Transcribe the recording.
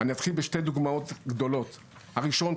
אני אתחיל בשתי דוגמאות גדולות: הראשונה,